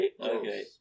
Okay